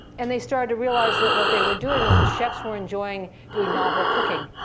and they started to realize that what they were doing was the chefs were enjoying doing novel cooking.